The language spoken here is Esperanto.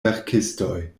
verkistoj